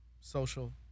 social